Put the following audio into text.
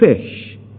fish